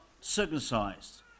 circumcised